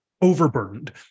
overburdened